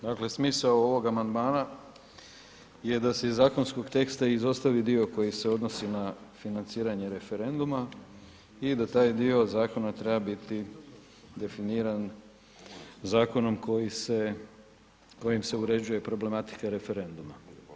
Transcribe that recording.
Dakle, smisao ovog amandmana je da se iz zakonskog teksta izostavi dio koji se odnosi na financiranje referenduma i da taj dio zakona treba biti definiran zakonom kojim se uređuje problematika referenduma.